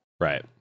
Right